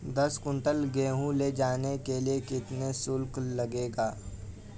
दस कुंटल गेहूँ ले जाने के लिए कितना शुल्क लगेगा?